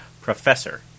professor